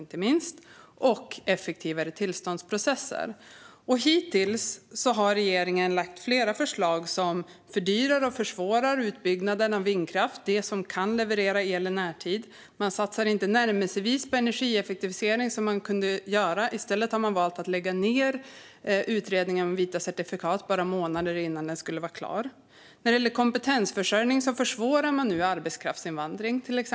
Dessutom behövs effektivare tillståndsprocesser. Hittills har regeringen lagt fram flera förslag som fördyrar och försvårar utbyggnaden av vindkraft, som är det som kan leverera el i närtid. Man satsar inte tillnärmelsevis tillräckligt på energieffektivisering, som man hade kunnat göra, utan har i stället valt att lägga ned utredningen om vita certifikat bara några månader innan den skulle vara klar. När det gäller kompetensförsörjning försvårar man nu till exempel arbetskraftsinvandring.